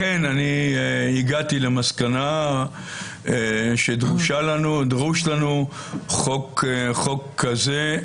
לכן אני הגעתי למסקנה שדרוש לנו חוק כזה,